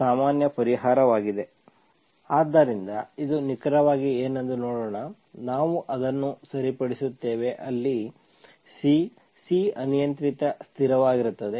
ಆದ್ದರಿಂದ ಇದು ನಿಖರವಾಗಿ ಏನೆಂದು ನೋಡೋಣ ನಾವು ಅದನ್ನು ಸರಿಪಡಿಸುತ್ತೇವೆ ಅಲ್ಲಿ C C ಅನಿಯಂತ್ರಿತ ಸ್ಥಿರವಾಗಿರುತ್ತದೆ